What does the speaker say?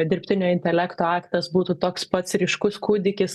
dirbtinio intelekto aktas būtų toks pats ryškus kūdikis